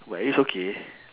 but it is okay